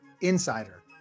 insider